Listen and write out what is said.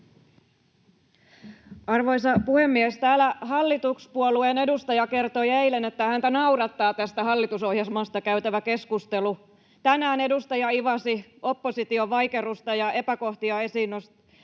Arvoisa puhemies! Hallituspuolueen edustaja kertoi eilen, että häntä naurattaa tästä hallitusohjelmasta käytävä keskustelu. Tänään edustaja ivasi opposition vaikerrusta, ja epäkohtia esiin nostavaa